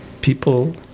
people